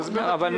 תסביר.